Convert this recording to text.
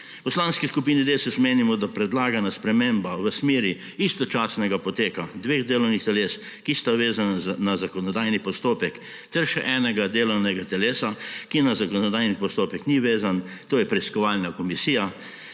V Poslanski skupini Desus menimo, da predlagana sprememba v smeri istočasnega poteka dveh delovnih teles, ki sta vezana na zakonodajni postopek, ter še enega delovnega telesa, ki na zakonodajni postopek ni vezan, to je preiskovalna komisija,